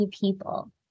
people